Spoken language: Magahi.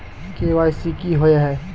के.वाई.सी की हिये है?